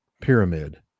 pyramid